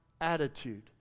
attitude